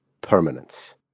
permanence